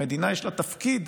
למדינה יש תפקיד